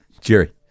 Jerry